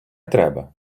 треба